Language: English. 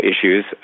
issues